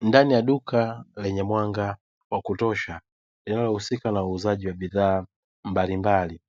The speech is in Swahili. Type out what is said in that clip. Ndani ya duka lenye mwanga wa kutosha linalo husika na uuzaji wa bidhaa mbalimbali,